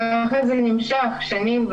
כך זה נמשך שנים,